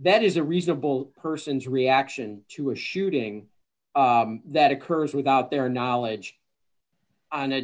that is a reasonable person's reaction to a shooting that occurs without their knowledge o